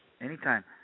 Anytime